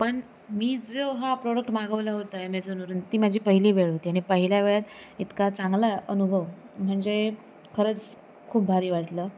पण मी जो हा प्रोडक्ट मागवला होता ॲमेझॉनवरून ती माझी पहिली वेळ होती आणि पहिल्या वेळात इतका चांगला अनुभव म्हणजे खरंच खूप भारी वाटलं